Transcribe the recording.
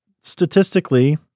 Statistically